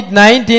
19